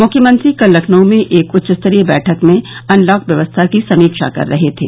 मुख्यमंत्री कल लखनऊ में एक उच्चस्तरीय बैठक में अनलॉक व्यवस्था की समीक्षा कर रहे थे